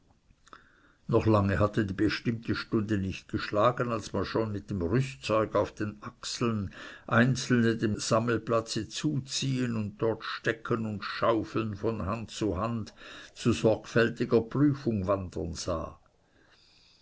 noch lange hatte die bestimmte stunde nicht geschlagen als man schon mit dem rüstzeug auf den achseln einzelne dem sammelplatz zuziehen und dort stecken und schaufeln von hand zu hand zu sorgfältiger prüfung wandern sah